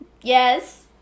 Yes